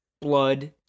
blood